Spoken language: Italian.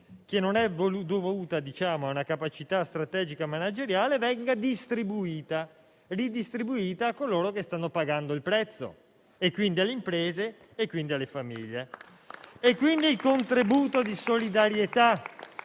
che non è dovuta a una capacità strategica manageriale, venga redistribuita a coloro che ne stanno pagando il prezzo, e quindi alle imprese e alle famiglie. Il contributo di solidarietà